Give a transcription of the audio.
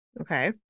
Okay